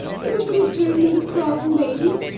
do you wish to be turned into crawling babies?